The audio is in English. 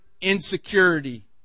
insecurity